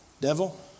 devil